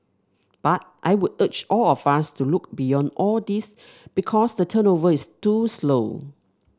but I would urge all of us to look beyond all these because the turnover is too slow